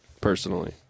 personally